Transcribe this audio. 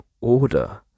order